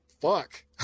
Fuck